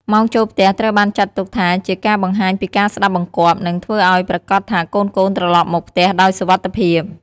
ម៉ោងចូលផ្ទះត្រូវបានចាត់ទុកថាជាការបង្ហាញពីការស្ដាប់បង្គាប់ និងធ្វើឱ្យប្រាកដថាកូនៗត្រឡប់មកផ្ទះដោយសុវត្ថិភាព។